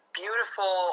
beautiful